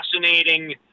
fascinating